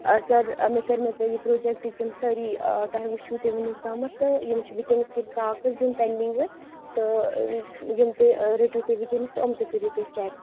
أسۍ حظ مےٚ کٔرمو تۄہہِ پروجکٹک یِم سٲری تۄہہِ وٕچھو تِم وُنِکھ تامتھ تہٕ یِم چھِ وٕنکیٚنس کیٚنٛہہ کاکَز یِم پینڈنگ ٲسۍ تہٕ یِم تہِ رٔٹیو تُہۍ وٕنکیٚنس تہٕ یِم تہِ کٔریو تُہۍ چٮ۪ک